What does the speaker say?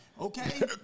Okay